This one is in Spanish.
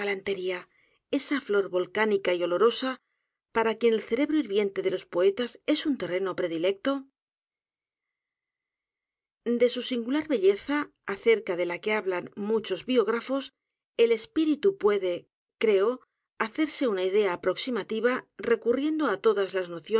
esa flor volcánica y olorosa para quien el cerebro hirviente de los poetas es u n terreno predilecto de su singular belleza acerca de la que hablan m u chos biógrafos el espíritu puede creo hacerse una idea aproximativa recurriendo á todas las